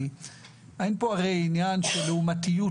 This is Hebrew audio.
הרי אין כאן עניין של לעומתיות,